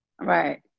right